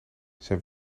zijn